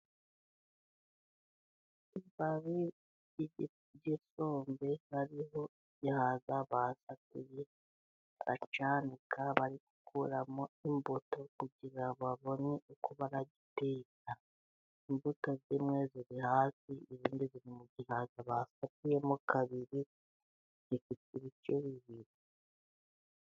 Ibibabi by'isombe hariho igihaza basatuye bakacyanika, bari gukuramo imbuto kugira ngo babone uko bagiteka. Imbuto zimwe ziri hasi, izindi ziri mu gihaza basatuyemo kabiri, gifite ibice bibiri.